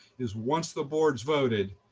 is once the board's voted,